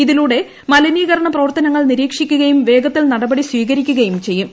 ഇതിലൂടെ മലിനീകരണ പ്രവർത്തനങ്ങൾ നിരീക്ഷിക്കുകയും വേഗത്തിൽ നടപടി സ്വീകരിക്കുകയുള്ള ചെയ്യും